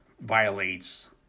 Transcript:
violates